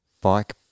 bike